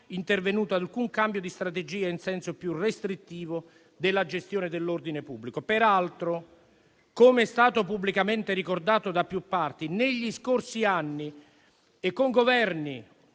intervenuto alcun cambio di strategia in senso più restrittivo nella gestione dell'ordine pubblico. Peraltro - com'è stato pubblicamente ricordato da più parti - negli scorsi anni, e con Governi